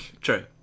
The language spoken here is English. true